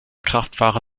kraftfahrer